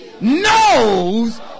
knows